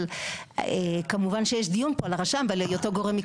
אבל כמובן שיש דיון פה על הרשם ועל היותו גורם מקצועי.